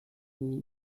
who